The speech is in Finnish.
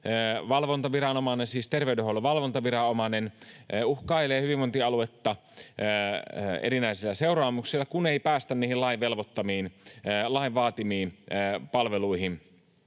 terveydenhuollon valvontaviranomainen, koko ajan uhkailee hyvinvointialuetta erinäisillä seuraamuksilla, kun ei päästä niihin lain vaatimiin palveluihin,